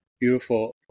Beautiful